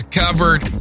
covered